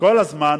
כל הזמן